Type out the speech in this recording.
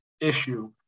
issue